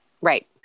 Right